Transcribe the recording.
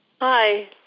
Hi